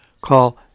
Call